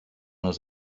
els